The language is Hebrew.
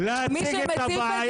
לתורת ישראל היא לא מקרית.